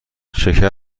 شکر